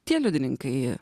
tie liudininkai